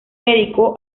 dedicó